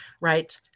right